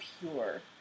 pure